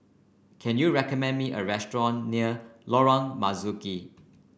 can you recommend me a restaurant near Lorong Marzuki